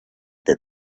that